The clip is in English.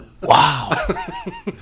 Wow